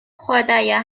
خدایا